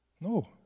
No